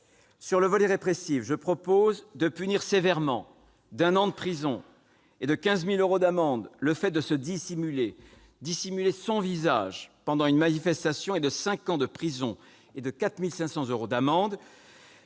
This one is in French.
du volet répressif, je propose de punir sévèrement d'un an de prison et de 15 000 euros d'amende le fait de dissimuler son visage pendant une manifestation et de cinq ans de prison et de 4 500 euros d'amende